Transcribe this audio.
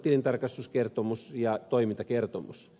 tilintarkastuskertomus ja toimintakertomus